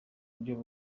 buryo